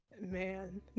man